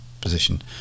position